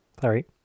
Sorry